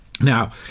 Now